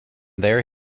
there